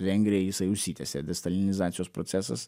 vengrijoj jisai užsitęsė distalinizacijos procesas